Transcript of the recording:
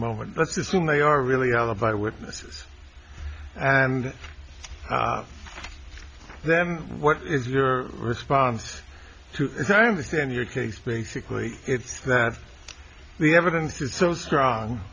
moment let's assume they are really alibi witnesses and then what is your response to that i understand your case basically it's that the evidence is so strong